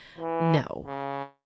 no